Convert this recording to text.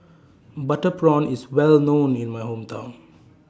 Butter Prawn IS Well known in My Hometown